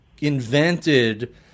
invented